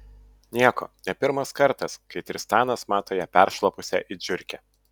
nieko ne pirmas kartas kai tristanas mato ją peršlapusią it žiurkę